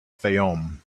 fayoum